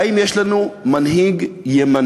האם יש לנו מנהיג ימני,